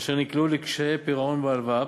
אשר נקלעו לקשיי פירעון הלוואה.